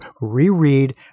reread